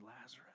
Lazarus